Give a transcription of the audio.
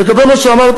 לגבי מה שאמרת,